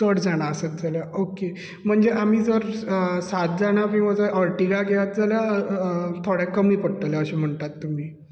चड जाणां आसत जाल्यार ऑके म्हणजे आमी जर सात जाणां बी वच जाल्यार अर्टिगा घेयात जाल्यार थोडे कमी पडटले अशें म्हणटात तुमी